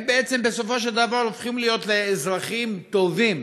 הם בעצם בסופו של דבר הופכים להיות לאזרחים טובים.